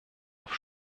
auf